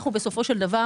בסופו של דבר,